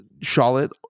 Charlotte